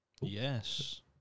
Yes